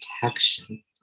protection